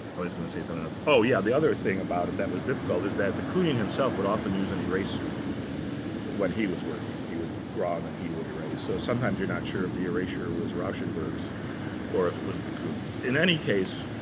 i was going to say something else. oh, yes, yeah the other thing about it that was difficult is that de kooning himself would often use an eraser when he was working. he would draw and then he would erase. so sometimes you're not sure if the eraser was rauschenberg's or if it was de kooning's. in any case,